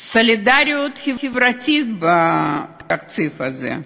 סולידריות חברתית, בתקציב הזה.